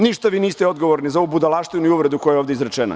Ništa vi niste odgovorni za ovu budalaštinu i uvredu koja je ovde izrečena.